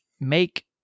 make